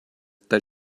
that